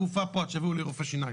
הגופה פה עד שיביאו לי רופא שיניים.